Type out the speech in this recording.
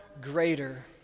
greater